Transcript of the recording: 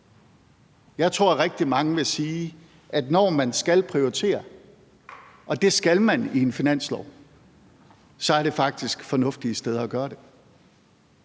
Jeg tror, at rigtig mange vil sige, at det, når man skal prioritere – og det skal man i en finanslov – så faktisk er nogle fornuftige steder at gøre det.